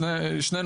שני נושאים.